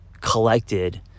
collected